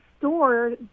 store